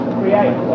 create